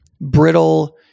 brittle